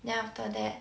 then after that